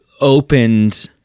opened